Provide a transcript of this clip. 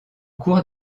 cours